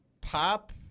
Pop